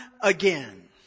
again